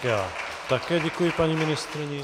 Já také děkuji paní ministryni.